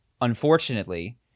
unfortunately